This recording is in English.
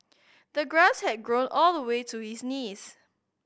the grass had grown all the way to his knees